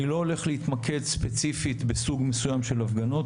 אני לא הולך להתמקד ספציפית בסוג מסוים של הפגנות,